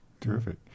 Terrific